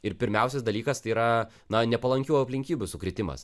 ir pirmiausias dalykas tai yra na nepalankių aplinkybių sukritimas